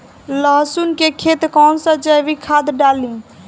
लहसुन के खेत कौन सा जैविक खाद डाली?